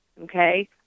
okay